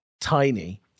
tiny